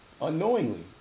unknowingly